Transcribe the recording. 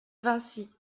vinci